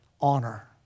Honor